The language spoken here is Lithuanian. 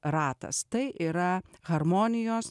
ratas tai yra harmonijos